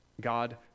God